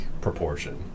proportion